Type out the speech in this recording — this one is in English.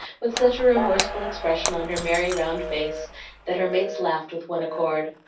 with such a remorseful expression on her merry round face that her mates laughed with one accord.